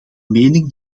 mening